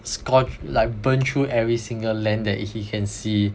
scorch like burn through every single land that he can see